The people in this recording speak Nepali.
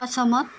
असहमत